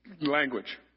language